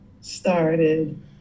started